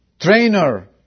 trainer